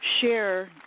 share